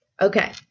Okay